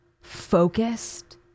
focused